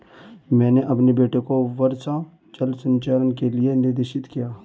मैंने अपने बेटे को वर्षा जल संचयन के लिए निर्देशित किया